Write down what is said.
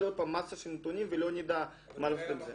מסה של נתונים ולא נדע מה לעשות עם זה.